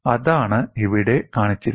അതാണ് ഇവിടെ കാണിച്ചിരിക്കുന്നത്